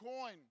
coin